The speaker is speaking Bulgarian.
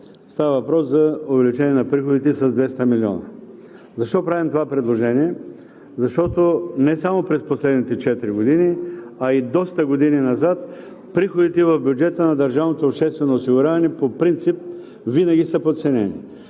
Става въпрос за увеличение на приходите с 200 млн. лв. Защо правим това предложение? Защото не само през последните четири години, а и доста години назад, приходите в бюджета на държавното обществено